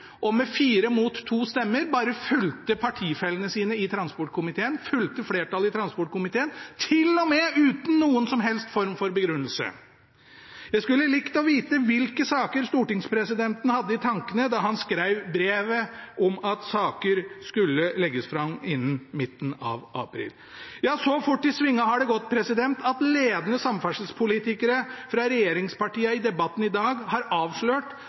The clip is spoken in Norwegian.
og med fire mot to stemmer bare fulgte partifellene sine – flertallet – i transportkomiteen, til og med uten noen som helst form for begrunnelse. Jeg skulle likt å vite hvilke saker stortingspresidenten hadde i tankene da han skrev brevet om at saker skulle legges fram «innen midten av april». Ja så fort i svingene har det gått, at ledende samferdselspolitikere fra regjeringspartiene i debatten i dag har avslørt